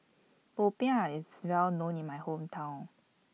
Popiah IS Well known in My Hometown